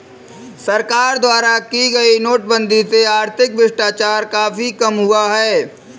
सरकार द्वारा की गई नोटबंदी से आर्थिक भ्रष्टाचार काफी कम हुआ है